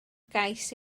gais